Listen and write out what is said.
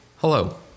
Hello